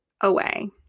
away